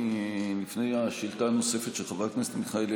לפני השאלה הנוספת של חברת הכנסת מיכאלי